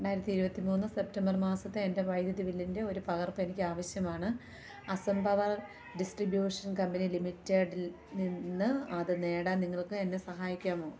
രണ്ടായിരത്തി ഇരുപത്തി മൂന്ന് സെപ്റ്റംബർ മാസത്തെ എൻ്റെ വൈദ്യുതി ബില്ലിൻ്റെ ഒരു പകർപ്പെനിക്ക് ആവശ്യമാണ് അസം പവർ ഡിസ്ട്രിബ്യൂഷൻ കമ്പനി ലിമിറ്റഡിൽ നിന്ന് അത് നേടാൻ നിങ്ങൾക്ക് എന്നെ സഹായിക്കാമോ